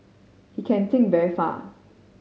he can think very far